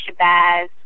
Shabazz